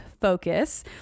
focus